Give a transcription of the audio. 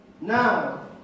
now